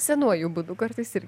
senuoju būdu kartais ir